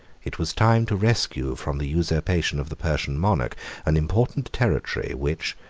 it was time to rescue from the usurpation of the persian monarch an important territory, which,